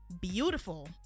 beautiful